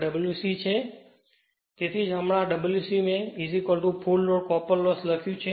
હવે તેથી જ મેં Wc આ ફુલ લોડ કોપર લોસ લખ્યું છે